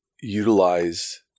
utilize